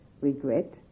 regret